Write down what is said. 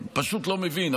פשוט לא מבין.